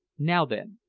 now, then,